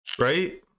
right